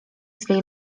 swej